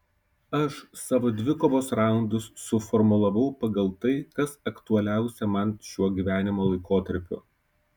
aš savo dvikovos raundus suformulavau pagal tai kas aktualiausia man šiuo gyvenimo laikotarpiu